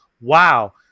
wow